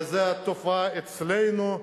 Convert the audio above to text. וזה התופעה המוכרת אצלנו,